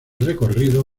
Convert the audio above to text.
recorrido